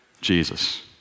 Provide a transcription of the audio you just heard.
Jesus